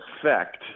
effect